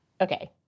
Okay